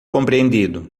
compreendido